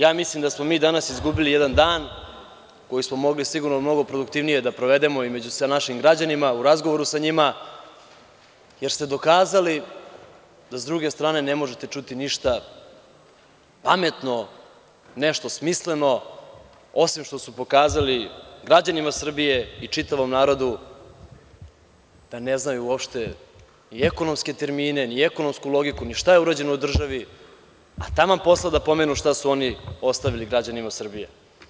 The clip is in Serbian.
Ja mislim da smo mi danas izgubili jedan dan koji smo mogli sigurno mnogo produktivnije da provedemo i među sa našim građanima, u razgovoru sa njima, jer ste dokazali da s druge strane ne možete čuti ništa pametno, nešto smisleno, osim što su pokazali građanima Srbije i čitavom narodu da ne znaju uopšte ni ekonomske termine, ni ekonomsku logiku, ni šta je urađeno u državi, a taman posla da pomenu šta su oni ostavili građanima Srbije.